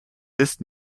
des